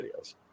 videos